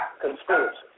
conspiracy